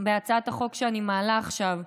בהצעת החוק שאני מעלה עכשיו.